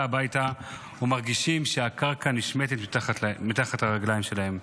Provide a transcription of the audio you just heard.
הביתה ומרגישים שהקרקע נשמטת מתחת לרגליים שלהם,